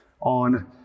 on